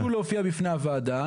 בשנה האחרונה ביקשו להופיע בפני הוועדה.